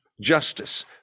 justice